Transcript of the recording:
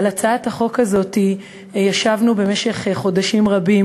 על הצעת החוק הזאת ישבנו במשך חודשים רבים